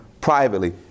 privately